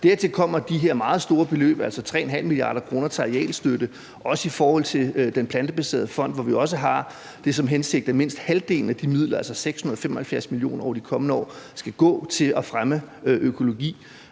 Dertil kommer de her meget store beløb, altså 3,5 mia. kr., til arealstøtte, og det gælder også i forhold til Fonden for Plantebaserede Fødevarer, hvor vi har den hensigt, at mindst halvdelen af de midler, altså 675 mio. kr. over de kommende år, skal gå til at fremme økologi,